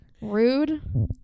rude